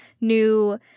new